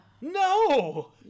No